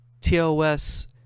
TOS